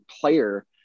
player